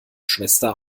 schwester